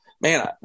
man